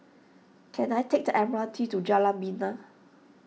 can I take the M R T to Jalan Bena